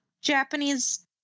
Japanese